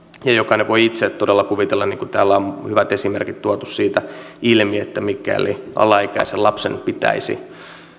jokainen voi itse todella kuvitella niin kuin täällä on hyvät esimerkit tuotu siitä ilmi että mikäli alaikäisen lapsen pitäisi